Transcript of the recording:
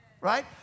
right